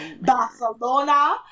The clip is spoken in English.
Barcelona